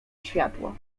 światło